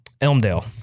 elmdale